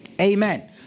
Amen